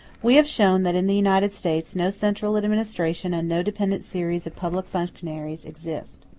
we have shown that in the united states no central administration and no dependent series of public functionaries exist.